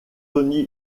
tony